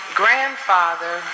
grandfather